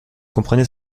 comprenez